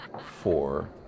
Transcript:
four